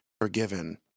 forgiven